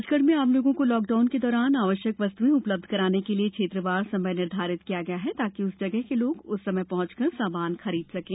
राजगढ़ में आम लोगों को लॉकडाउन के दौरान आवश्यक वस्तुऍ उपलब्ध कराने के लिए क्षेत्रवार समय निर्धारित किया गया है ताकि उस जगह के लोग उस समय पहुंचकर सामान खरीद सकें